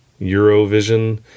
Eurovision